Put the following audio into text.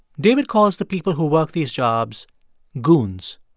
david calls the people who work these jobs goons.